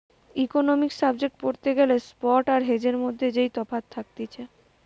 economics subject পড়তে গ্যালে spot আর হেজের মধ্যে যেই তফাৎ থাকতিছে